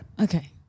Okay